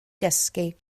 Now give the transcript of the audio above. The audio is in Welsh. gysgu